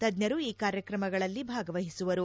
ತಜ್ಜರು ಈ ಕಾರ್ಯಕ್ರಮಗಳಲ್ಲಿ ಭಾಗವಹಿಸುವರು